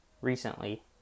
recently